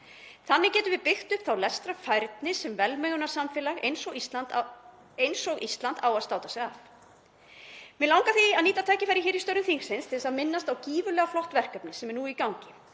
Þannig getum við byggt upp þá lestrarfærni sem velmegunarsamfélag eins og Ísland á að státa sig af. Mig langar því að nýta tækifærið hér í störfum þingsins til þess að minnast á gífurlega flott verkefni sem er nú í gangi